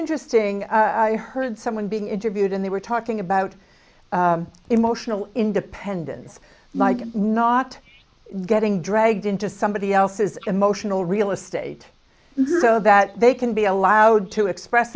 interesting heard someone being interviewed and they were talking about emotional independence like i'm not getting dragged into somebody else's emotional real estate so that they can be allowed to express